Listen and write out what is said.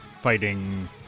fighting